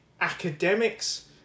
academics